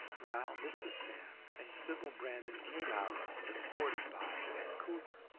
while mrs. sam and sybil brandon came out escorted by vancouver,